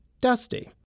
dusty